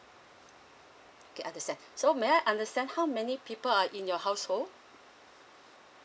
okay understand so may I understand how many people are in your household